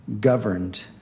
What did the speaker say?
governed